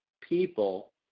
people